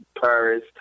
Paris